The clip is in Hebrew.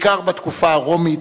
בעיקר התקופה הרומית,